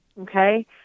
Okay